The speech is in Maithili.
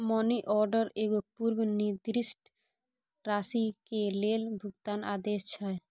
मनी ऑर्डर एगो पूर्व निर्दिष्ट राशि के लेल भुगतान आदेश छै